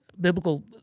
biblical